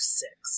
six